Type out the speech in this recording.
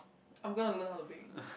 I'm gonna learn how to bake